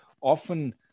often